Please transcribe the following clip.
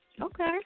Okay